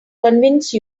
convince